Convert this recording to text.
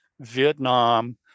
Vietnam